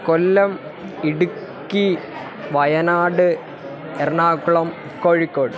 Kollam Idukki Wayanad Ernakulam Kozhikode